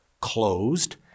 closed